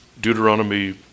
Deuteronomy